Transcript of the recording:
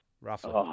roughly